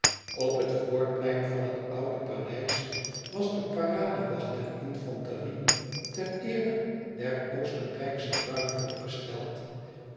op het voorplein van het oude paleis was de paradewacht der infanterie ter eere der oostenrijksche bruid opgesteld